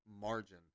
margin